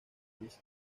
mesa